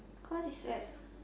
cause it's at